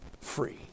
free